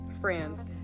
friends